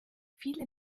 viele